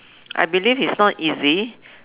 I believe it's not easy